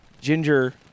Ginger